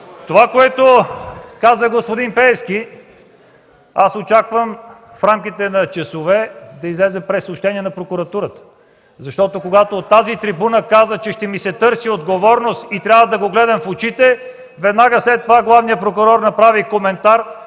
това, което каза господин Пеевски – аз очаквам в рамките на часове да излезе прессъобщение на прокуратурата, защото когато от тази трибуна каза, че ще ми се търси отговорност и трябва да го гледам в очите, веднага след това главният прокурор направи коментар